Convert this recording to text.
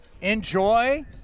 Enjoy